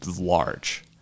large